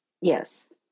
Yes